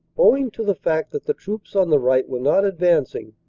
owing to the fact that the troops on the right were not advancing,